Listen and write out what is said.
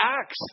Acts